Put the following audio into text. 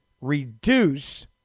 reduce